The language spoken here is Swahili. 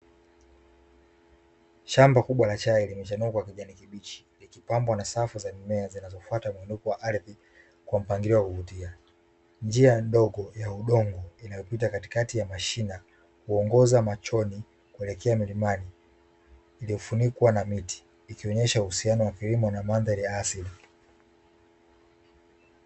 Shamba kubwa la Chai, limechanua kwa kijani kibichi, likipambwa na safu za mimea zinazofuata mwinuko wa ardhi kwa mpangilio wa kuvutia. Njia ndogo ya udongo inayopita katikati ya mashina, kuongoza machoni kuelekea milimani, iliyofunikwa na miti, ikionyesha uhusiano wa kilimo na mandhari ya asili.